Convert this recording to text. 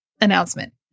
announcement